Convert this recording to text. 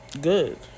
good